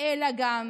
אלא גם